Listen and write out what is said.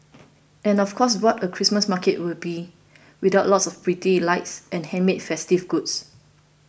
and of course what would a Christmas market be without lots of pretty lights and handmade festive goods